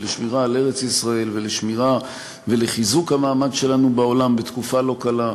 ולשמירה על ארץ-ישראל ולשמירה ולחיזוק המעמד שלנו בעולם בתקופה לא קלה,